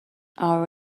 our